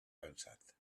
pensat